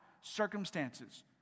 Circumstances